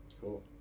cool